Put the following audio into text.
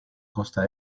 costa